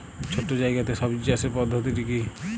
ছোট্ট জায়গাতে সবজি চাষের পদ্ধতিটি কী?